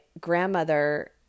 grandmother